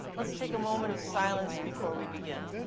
let's take a moment of silence before we begin.